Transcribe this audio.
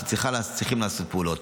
וצריכים לעשות פעולות.